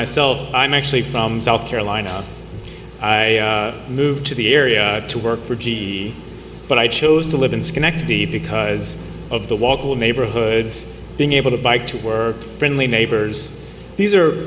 myself i'm actually from south carolina i moved to the area to work for g but i chose to live in schenectady because of the walkable neighborhoods being able to bike to work friendly neighbors these